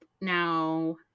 Now